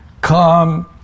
Come